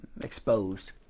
exposed